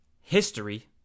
history